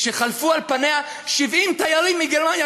כשחלפו על פניה 70 תיירים מגרמניה,